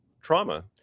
trauma